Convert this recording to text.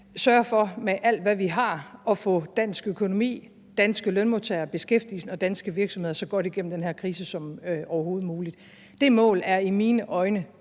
sørge for med alt, hvad vi har, at få dansk økonomi, danske lønmodtagere, beskæftigelsen og danske virksomheder så godt igennem den her krise som overhovedet muligt. Det mål er i mine øjne